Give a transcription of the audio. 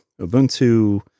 Ubuntu